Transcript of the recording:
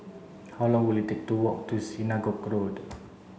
how long will it take to walk to Synagogue